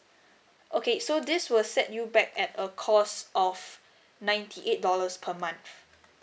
okay so this will set you back at a cost of ninety eight dollars per month